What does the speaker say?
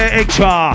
extra